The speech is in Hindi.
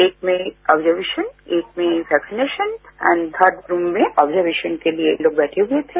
एक में ऑब्जर्वेशन एक में वैक्सीनेशन एण्ड थर्ड रूम में ऑब्जर्वेशन के लिए लोग बैठे हुए थे